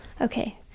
Okay